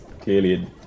clearly